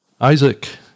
Isaac